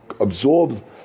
absorb